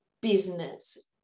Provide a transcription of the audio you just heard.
business